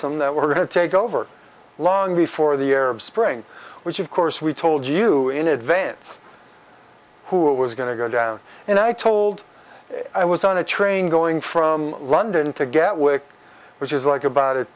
n that we're going to take over long before the arab spring which of course we told you in advance who was going to go down and i told him i was on a train going from london to gatwick which is like about it